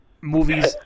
movies